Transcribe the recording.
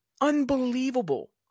unbelievable